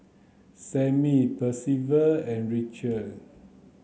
Sammy Percival and Richelle